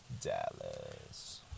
Dallas